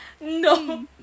No